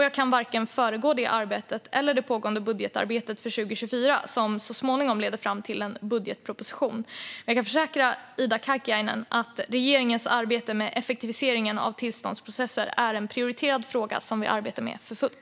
Jag kan varken föregripa det arbetet eller det pågående budgetarbetet för 2024, som så småningom leder fram till en budgetproposition. Jag kan försäkra Ida Karkiainen att regeringens arbete med effektiviseringen av tillståndsprocesser är en prioriterad fråga som vi arbetar med för fullt.